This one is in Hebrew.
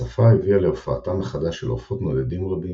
ההצפה הביאה להופעתם מחדש של עופות נודדים רבים,